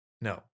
No